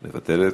מוותרת.